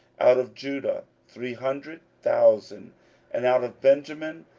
out of judah three hundred thousand and out of benjamin,